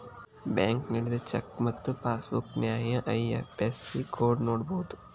bank ನೇಡಿದ cheque ಮತ್ತ passbook ನ್ಯಾಯ ಐ.ಎಫ್.ಎಸ್.ಸಿ ಕೋಡ್ನ ನೋಡಬೋದು